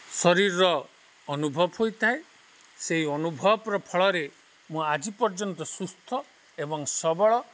ଶରୀରର ଅନୁଭବ ହୋଇଥାଏ ସେଇ ଅନୁଭବର ଫଳରେ ମୁଁ ଆଜି ପର୍ଯ୍ୟନ୍ତ ସୁସ୍ଥ ଏବଂ ସବଳ